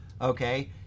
Okay